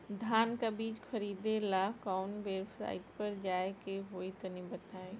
धान का बीज खरीदे ला काउन वेबसाइट पर जाए के होई तनि बताई?